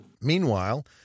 Meanwhile